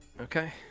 okay